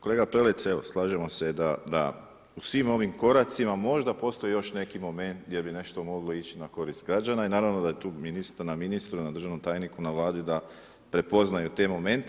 Kolega Prelec evo slažemo se da u svim ovim koracima, možda postoji još neki moment gdje bi nešto moglo ići na korist građana i naravno da je tu na ministru, na državnom tajniku, na Vladi da prepoznaju te momente.